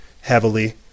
heavily